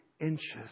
inches